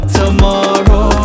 tomorrow